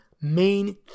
main